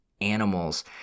animals